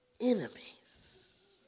enemies